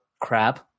crab